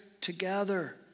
together